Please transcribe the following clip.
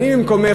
במקומך,